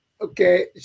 Okay